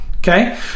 Okay